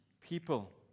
people